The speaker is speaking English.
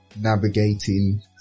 navigating